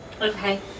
Okay